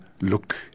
look